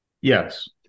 Yes